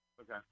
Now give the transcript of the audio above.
Okay